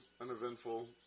uneventful